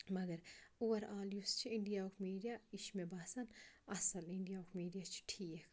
مگر اُوَر آل یُس چھِ اِنڈیا ہُک میٖڈیا یہِ چھِ مےٚ باسان اَصٕل اِنڈیا ہُک میٖڈیا چھِ ٹھیٖک